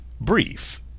brief